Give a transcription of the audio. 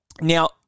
Now